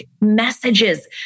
messages